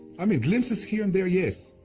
i mean, glimpses here and there, yes.